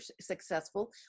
successful